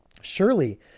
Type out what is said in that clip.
surely